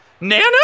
Nana